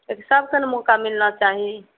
सभके ने मौका मिलना चाही